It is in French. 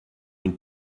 une